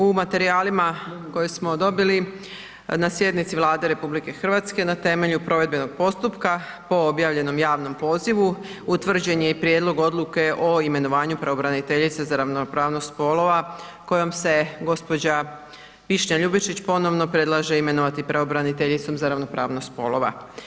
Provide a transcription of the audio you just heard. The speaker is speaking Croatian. U materijalima koje smo dobili na sjednici Vlade RH na temelju provedbenog postupka po objavljenom javnom pozivu utvrđen je i Prijedlog odluke o imenovanju pravobraniteljice za ravnopravnost spolova kojom se gđa. Višnja Ljubičić ponovno predlaže imenovati pravobraniteljicom za ravnopravnost spolova.